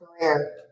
career